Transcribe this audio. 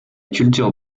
culture